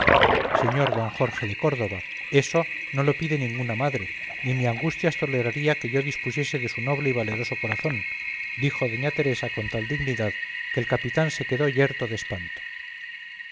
señor don jorge de córdoba eso no lo pide ninguna madre ni mi angustias toleraría que yo dispusiese de su noble y valeroso corazón dijo doña teresa con tal dignidad que el capitán se quedó yerto de espanto